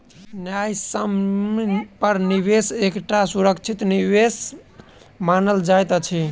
न्यायसम्य पर निवेश एकटा सुरक्षित निवेश मानल जाइत अछि